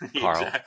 Carl